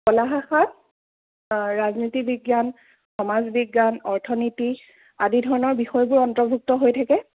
কলা শাখাত ৰাজনীতি বিজ্ঞান সমাজ বিজ্ঞান অৰ্থনীতি আদি ধৰণৰ বিষয়বোৰ অন্তৰ্ভূক্ত হৈ থাকে